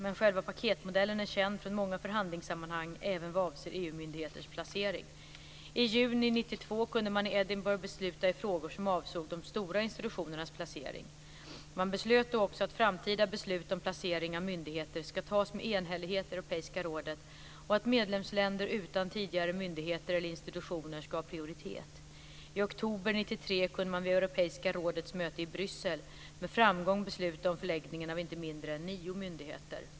Men själva paketmodellen är känd från många förhandlingssammanhang, även vad avser EU-myndigheters placering. I juni 1992 kunde man i Edinburgh besluta i frågor som avsåg de stora institutionernas placering. Man beslöt då också att framtida beslut om placering av myndigheter ska tas med enhällighet i Europeiska rådet och att medlemsländer utan tidigare myndigheter eller institutioner ska ha prioritet. I oktober 1993 kunde man vid Europeiska rådets möte i Bryssel med framgång besluta om förläggningen av inte mindre än nio myndigheter.